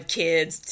kids